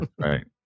Right